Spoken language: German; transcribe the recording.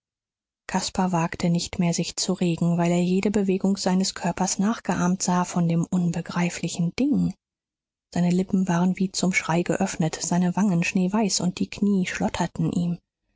caspar wagte nicht mehr sich zu regen weil er jede bewegung seines körpers nachgeahmt sah von dem unbegreiflichen ding seine lippen waren wie zum schrei geöffnet seine wangen schneeweiß und die knie schlotterten ihm